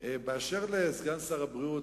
אשר לסגן שר הבריאות,